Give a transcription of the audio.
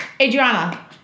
Adriana